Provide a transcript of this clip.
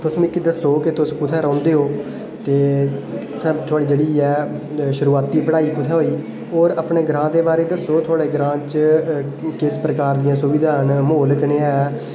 तुस मिगी दस्सो तुस कुत्थै रौंह्दे ओ ते थुहाड़ी शुरुआती पढ़ाई कुत्थै होई होर अपने ग्रांऽ दे बारै दस्सो थुहाड़े ग्रांऽ च किस प्रकार दियां सुविधां न म्हौल कनेहा ऐ